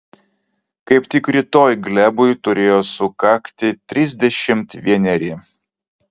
kaip tik rytoj glebui turėjo sukakti trisdešimt vieneri